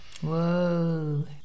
Whoa